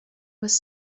was